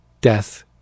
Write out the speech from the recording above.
Death